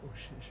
shit